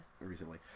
recently